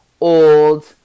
old